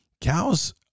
cows